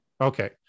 okay